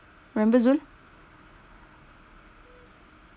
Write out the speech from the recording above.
remember zul